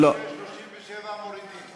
36, 37, מורידים.